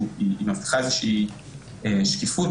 היא מקנה איזושהי שקיפות.